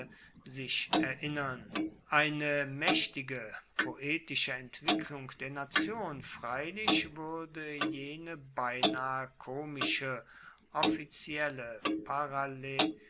sich erinnern eine maechtige poetische entwicklung der nation freilich wuerde jene beinahe komische offizielle